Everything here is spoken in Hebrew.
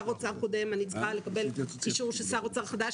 אני צריכה לקבל אישור של שר האוצר החדש.